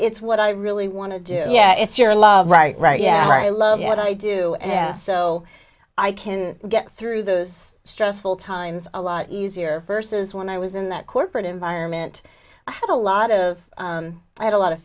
it's what i really want to do yeah it's your love right right yeah i love what i do and so i can get through those stressful times a lot easier first is when i was in that corporate environment i had a lot of i had a lot of